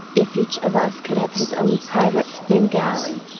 if each of us could have his own private svengali!